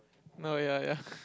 no ya ya